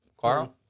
Carl